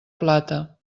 plata